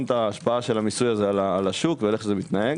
את ההשפעה של המיסוי הזה על השוק ואיך זה יתנהל.